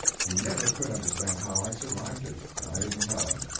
he never could understand how i survived it, and i didn't tell him.